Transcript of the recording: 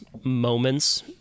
moments